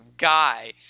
guy